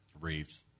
Reeves